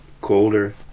colder